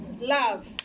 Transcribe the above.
Love